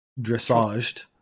dressaged